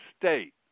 state